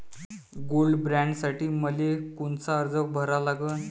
Gold बॉण्डसाठी मले कोनचा अर्ज भरा लागन?